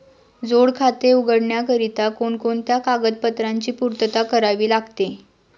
जोड खाते उघडण्याकरिता कोणकोणत्या कागदपत्रांची पूर्तता करावी लागते?